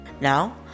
Now